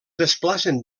desplacen